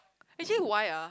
actually why ah